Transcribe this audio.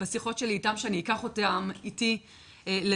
בשיחות שלי איתם שאני אקח אותם איתי לדיונים,